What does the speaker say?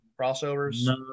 crossovers